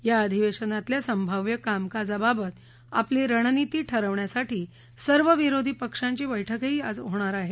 या अधिवेशनातल्या संभाव्य कामकाजाबाबत आपली रणनिती ठरवण्यासाठी सर्व विरोधी पक्षांची बैठकही आज होणार आहे